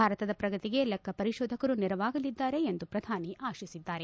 ಭಾರತದ ಪ್ರಗತಿಗೆ ಲೆಕ್ಕ ಪರಿಶೋಧಕರು ನೆರವಾಗಲಿದ್ದಾರೆ ಎಂದು ಪ್ರಧಾನಿ ಆಶಿಸಿದ್ದಾರೆ